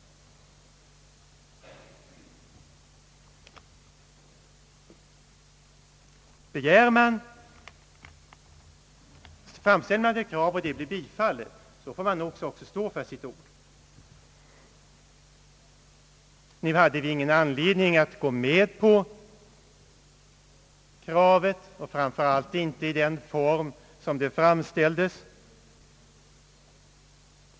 Nu hade vi ingen anledning att gå med på socialdemokraternas krav, framför allt inte i den form i vilken det framställdes.